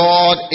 God